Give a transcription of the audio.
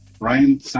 Ryan